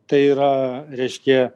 tai yra reiškia